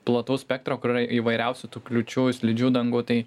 plataus spektro kur yra įvairiausių tų kliūčių slidžių dangų tai